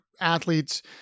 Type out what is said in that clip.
athletes